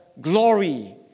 glory